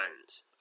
hands